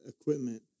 equipment